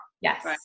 Yes